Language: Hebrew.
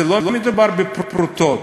זה לא מדובר בפרוטות.